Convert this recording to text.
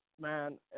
man